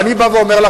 ואני אומר לכם,